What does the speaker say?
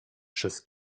przez